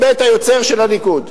מבית היוצר של הליכוד.